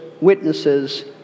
witnesses